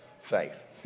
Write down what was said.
faith